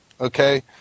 Okay